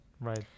right